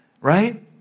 right